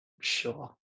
Sure